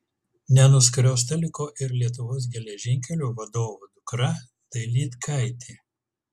nenuskriausta liko ir lietuvos geležinkelių vadovo dukra dailydkaitė